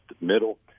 middle